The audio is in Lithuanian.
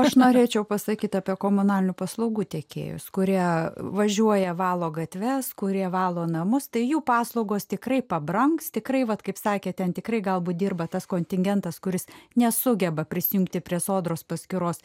aš norėčiau pasakyti apie komunalinių paslaugų tiekėjus kurie važiuoja valo gatves kurie valo namus tai jų paslaugos tikrai pabrangs tikrai vat kaip sakė ten tikrai galbūt dirba tas kontingentas kuris nesugeba prisijungti prie sodros paskyros